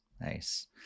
Nice